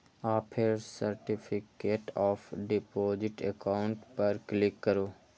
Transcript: आ फेर certificate of deposit account पर क्लिक करू